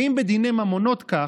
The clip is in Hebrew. ואם בדיני ממונות כך,